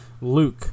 Luke